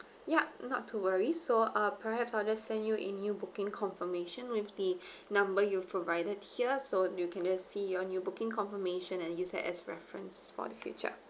ya not to worry so uh perhaps I'll just send you a new booking confirmation with the number you provided here so you can just see your new booking confirmation and use that as reference for the future